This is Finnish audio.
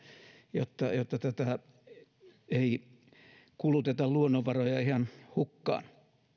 jotta jotta ei kuluteta luonnonvaroja ihan hukkaan